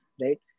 right